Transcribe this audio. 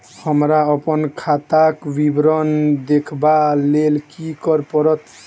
हमरा अप्पन खाताक विवरण देखबा लेल की करऽ पड़त?